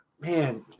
Man